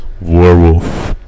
Werewolf